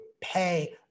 pay